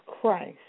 Christ